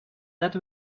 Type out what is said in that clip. that